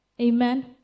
amen